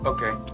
Okay